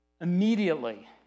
Immediately